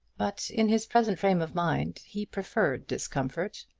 but in his present frame of mind he preferred discomfort.